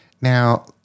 Now